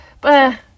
But-